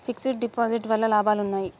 Fix డ్ deposit వల్ల లాభాలు ఉన్నాయి?